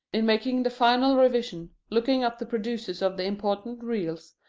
in making the final revision, looking up the producers of the important reels,